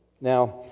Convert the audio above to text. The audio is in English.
Now